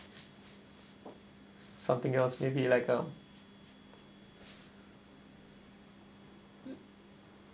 something else maybe like um